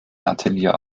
atelier